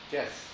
Yes